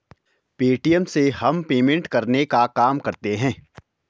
Paytm से हम payment करने का काम करते है